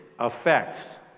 effects